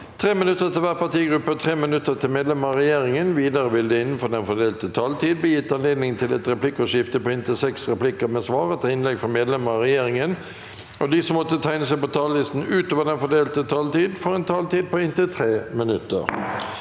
3 minutter til hver partigruppe og 3 minutter til medlemmer av regjeringen. Videre vil det – innenfor den fordelte taletid – bli gitt anledning til et replikkordskifte på inntil seks replikker med svar etter innlegg fra medlemmer av regjeringen, og de som måtte tegne seg på talerlisten utover den fordelte taletid, får også en taletid på inntil 3 minutter.